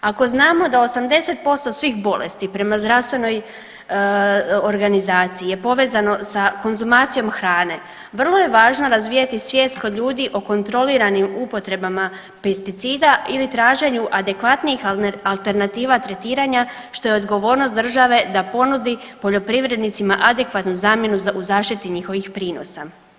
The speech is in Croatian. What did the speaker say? Ako znamo da 80% svih bolesti prema zdravstvenoj organizaciji je povezano sa konzumacijom hrane vrlo je važno razvijati svijest kod ljudi o kontroliranim upotrebama pesticida ili traženju adekvatnih alternativa tretiranja što je odgovornost države da ponudi poljoprivrednicima adekvatnu zamjenu u zaštiti njihovih prinosa.